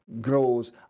grows